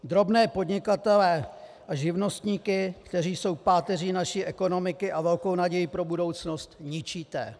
Drobné podnikatele a živnostníky, kteří jsou páteří naší ekonomiky a velkou nadějí pro budoucnost, ničíte.